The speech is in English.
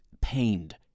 pained